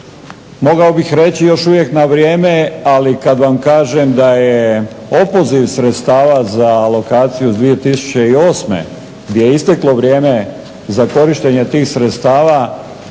mogao bih reći još uvijek na vrijeme ali kada vam kažem da je opoziv sredstava za alokacije 2008.gdje je isteklo vrijeme za korištenje tih sredstava